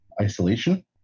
isolation